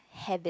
habit